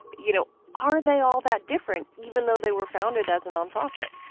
you know, are they all that different even though they were founded as a non-profit?